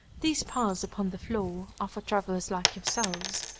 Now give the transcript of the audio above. these piles upon the floor are for travellers like yourselves.